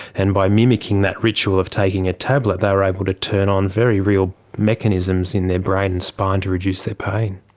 and by mimicking that ritual of taking a tablet, they were able to turn on very real mechanisms in their brain and spine to reduce their pain.